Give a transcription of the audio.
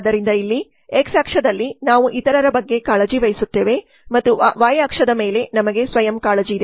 ಆದ್ದರಿಂದ ಇಲ್ಲಿ x ಅಕ್ಷದಲ್ಲಿ ನಾವು ಇತರರ ಬಗ್ಗೆ ಕಾಳಜಿ ವಹಿಸುತ್ತೇವೆ ಮತ್ತು y ಅಕ್ಷದ ಮೇಲೆ ನಮಗೆ ಸ್ವಯಂ ಕಾಳಜಿ ಇದೆ